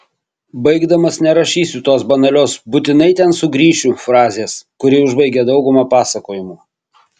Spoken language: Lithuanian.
baigdamas nerašysiu tos banalios būtinai ten sugrįšiu frazės kuri užbaigia daugumą pasakojimų